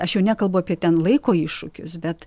aš jau nekalbu apie ten laiko iššūkius bet